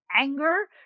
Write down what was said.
anger